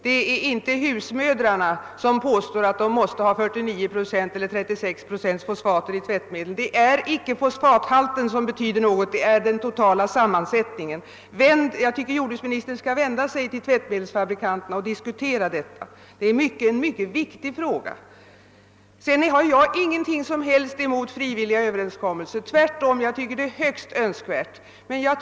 Det är inte husmödrarna som påstår att de måste ha 36 eller 49 procents fosfathalt i tvättmedlet. Det är inte fosfathalten som betyder något, utan det är den totala sammansättningen. Jag tycker att jordbruksministern skall vända sig till tvättmedelsfabrikanterna och diskutera denna sak. Det är en mycket viktig fråga. Sedan har jag alls ingenting emot frivilliga överenskommelser. Tvärtom tycker jag att det är högst önskvärt att träffa sådana.